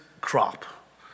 Crop